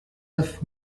neuf